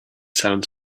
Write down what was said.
sands